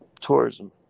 tourism